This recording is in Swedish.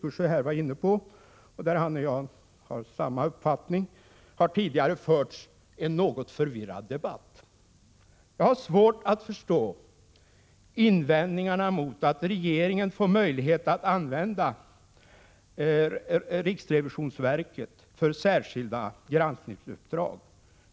1986/87:122 och där han och jag har samma uppfattning, har tidigare förts en något 13 maj 1987 förvirrad debatt. Jag har svårt att förstå invändningarna emot att regeringen får möjlighet att använda riksrevisionsverket för särskilda granskningsuppdrag.